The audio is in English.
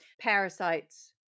parasites